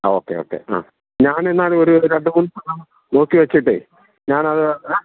ആ okay okay ആ ഞാൻ എന്നാലും ഒരു രണ്ട് മൂന്ന് സ്ഥലം നോക്കി വെച്ചിട്ടേ ഞാനത്